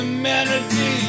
Humanity